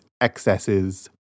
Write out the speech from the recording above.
excesses